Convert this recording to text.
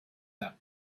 that